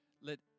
let